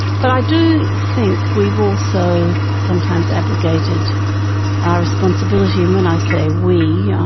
but i do think we've also sometimes abrogated our responsibility, and when i say we,